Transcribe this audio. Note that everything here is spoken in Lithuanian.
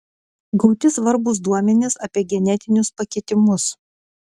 gauti svarbūs duomenys apie genetinius pakitimus